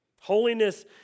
Holiness